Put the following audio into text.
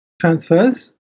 transfers